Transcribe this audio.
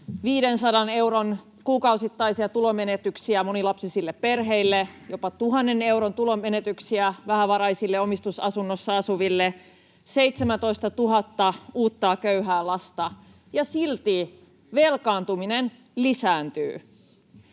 500 euron kuukausittaisia tulonmenetyksiä monilapsisille perheille, jopa 1 000 euron tulonmenetyksiä vähävaraisille omistusasunnossa asuville, 17 000 uutta köyhää lasta, ja silti velkaantuminen lisääntyy.